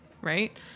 right